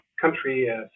country